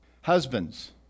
husbands